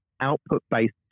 output-based